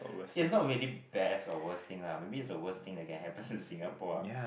it's not really best or worst thing lah maybe it's the worst thing that can happens in Singapore ah